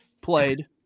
played